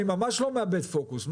אני ממש לא מאבד פוקוס.